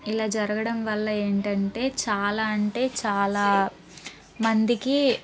ఇలా జరగడం వల్ల ఏంటంటే చాలా అంటే చాలా మందికి